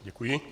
Děkuji.